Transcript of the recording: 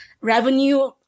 revenue